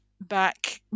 back